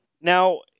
Now